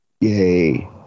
Yay